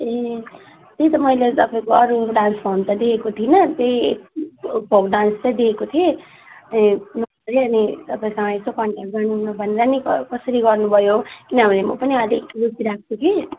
ए त्यही त मैले तपाईँको अरूहरू डान्स फम त देखेको थिइनँ त्यही हिपहप डान्स चाहिँ देखेको थिएँ ए म चाहिँ अनि तपाईँसँग यसो कन्ट्याक्ट गरौँ न भनेर नि कसरी गर्नुभयो किनभने म पनि अलिक रुचि राख्छु कि